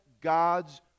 God's